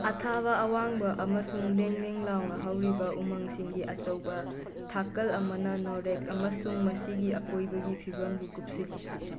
ꯑꯊꯥꯕ ꯑꯋꯥꯡꯕ ꯑꯃꯁꯨꯡ ꯂꯦꯡ ꯂꯦꯡ ꯂꯥꯎꯅ ꯍꯧꯔꯤꯕ ꯎꯃꯪꯁꯤꯡꯒꯤ ꯑꯆꯧꯕ ꯊꯥꯀꯟ ꯑꯃꯅ ꯅꯣꯔꯦꯛ ꯑꯃꯁꯨꯡ ꯃꯁꯤꯒꯤ ꯑꯀꯣꯏꯕꯒꯤ ꯐꯤꯕꯝꯕꯨ ꯀꯨꯞꯁꯤꯜꯂꯤ